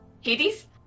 Hades